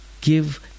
Give